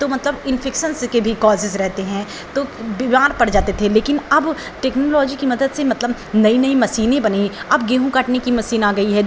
तो मतलब इंफे़क्सन्स के भी कॉज़ेज़ रहते हैं तो बीमार पड़ जाते थे लेकिन अब टेक्नोलॉजी की मदद से मतलब नई नई मसीनें बन गईं अब गेहूँ काटने की मसीन आ गई है धाह